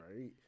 Right